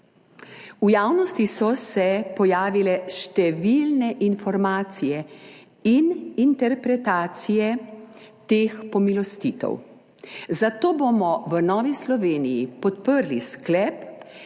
V javnosti so se pojavile številne informacije in interpretacije teh pomilostitev, zato bomo v Novi Sloveniji podprli sklep,